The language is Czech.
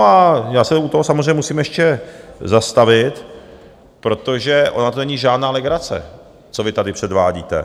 A já se u toho samozřejmě musím ještě zastavit, protože ona to není žádná legrace, co vy tady předvádíte.